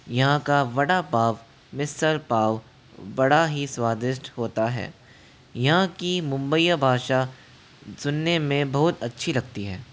यहाँ का वड़ा पाव मिसल पाव बड़ा ही स्वादिष्ट होता है यहाँ की मुम्बईया भाषा सुनने में बहुत अच्छी लगती है